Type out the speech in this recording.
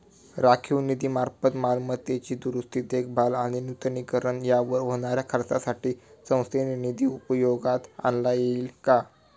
राखीव निधीमार्फत मालमत्तेची दुरुस्ती, देखभाल आणि नूतनीकरण यावर होणाऱ्या खर्चासाठी संस्थेचा निधी उपयोगात आणता येईल का?